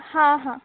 हा हा